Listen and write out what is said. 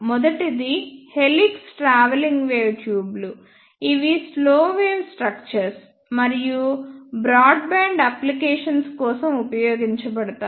మొదటిది helix traveling wave ట్యూబ్లు ఇవి స్లో వేవ్ స్ట్రక్చర్స్ మరియు బ్రాడ్బ్యాండ్ అప్లికేషన్స్ కోసం ఉపయోగించబడతాయి